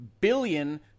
billion